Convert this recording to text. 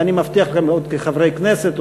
ואני מבטיח לכם כחברי הכנסת,